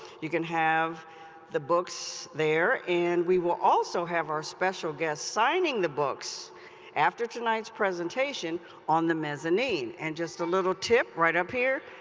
you can have the books there, and we will also have our special guest signing the books after tonight's presentation on the mezzanine, and just a little tip, right up here.